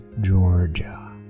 Georgia